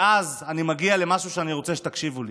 ואז ואני מגיע למשהו שאני רוצה שתקשיבו לי,